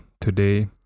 Today